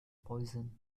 poison